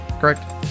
correct